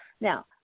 Now